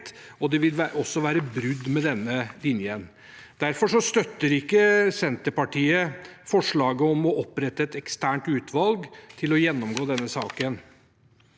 rett, vil også være brudd med denne linjen. Derfor støtter ikke Senterpartiet forslaget om å opprette et eksternt utvalg til å gjennomgå denne saken.